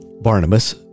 Barnabas